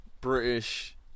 British